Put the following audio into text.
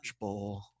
Bowl